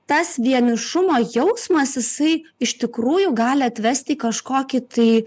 tas vienišumo jausmas jisai iš tikrųjų gali atvesti į kažkokį tai